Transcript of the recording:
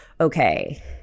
okay